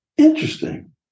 interesting